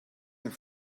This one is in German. dein